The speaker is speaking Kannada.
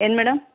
ಏನು ಮೇಡಮ್